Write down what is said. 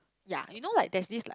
ya you know like there's this like